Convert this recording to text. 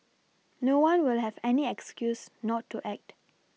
no one will have any excuse not to act